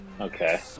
Okay